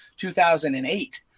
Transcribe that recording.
2008